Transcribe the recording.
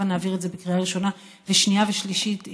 הבה נעביר את זה בקריאה ראשונה ושנייה שלישית,